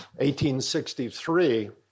1863